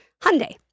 Hyundai